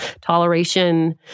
toleration